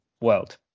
world